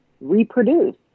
reproduce